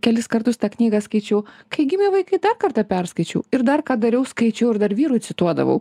kelis kartus tą knygą skaičiau kai gimė vaikai dar kartą perskaičiau ir dar ką dariau skaičiau ir dar vyrui cituodavau